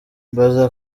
mbanza